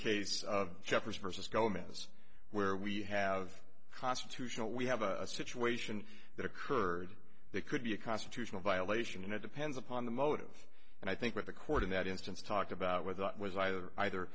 case of jefferson versus governments where we have constitutional we have a situation that occurred they could be a constitutional violation and it depends upon the motive and i think that the court in that instance talked about whether